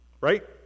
Right